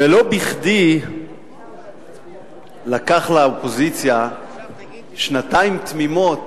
ולא בכדי לקח לאופוזיציה שנתיים תמימות